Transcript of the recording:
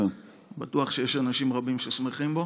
בטוח שיש אנשים רבים ששמחים בו.